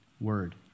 word